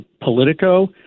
politico